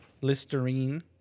Listerine